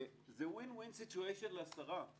זה WIN-WIN SITUATION לשרה.